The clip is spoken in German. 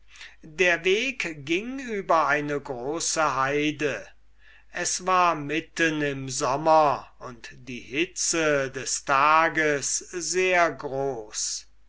der weg ging über eine große heide es war mitten im sommer und die hitze diesen tag sehr groß